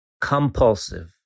compulsive